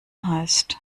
heißt